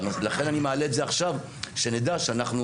לכן אני מעלה את זה עכשיו שנדע שאנחנו